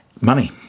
money